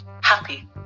happy